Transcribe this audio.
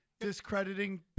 discrediting